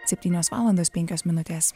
septynios valandos penkios minutės